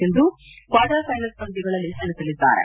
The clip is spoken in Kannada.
ಸಿಂಧು ಕ್ಲಾರ್ಟರ್ ಫೈನಲ್ಪ್ ಪಂದ್ಯಗಳಲ್ಲಿ ಸೆಣಸಲಿದ್ದಾರೆ